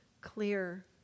clear